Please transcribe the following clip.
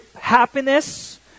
Happiness